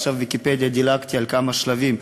עכשיו ב"ויקיפדיה" דילגתי על כמה שלבים,